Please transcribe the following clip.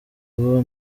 ubu